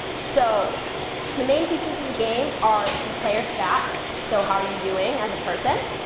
so the main features of the game are you play your stats, so how are you doing as a person,